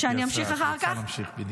גברתי השרה, את רוצה להמשיך אחר כך?